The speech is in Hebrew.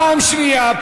פעם שנייה,